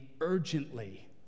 urgently